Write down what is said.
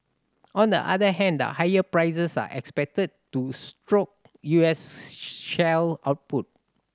on the other hand the higher prices are expected to stoke U S shale output